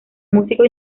músico